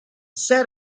set